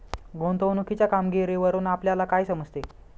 गुंतवणुकीच्या कामगिरीवरून आपल्याला काय समजते?